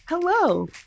Hello